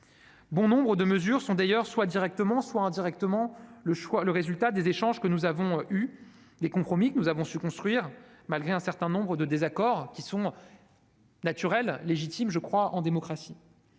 Bon nombre de mesures sont d'ailleurs, directement ou indirectement, le résultat des échanges que nous avons eus et des compromis que nous avons su construire malgré un certain nombre de désaccords légitimes, je le crois, en démocratie.